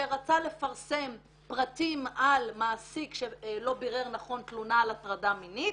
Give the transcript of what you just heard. שרצה לפרסם פרטים על מעסיק שלא בירר נכון תלונה על הטרדה מינית,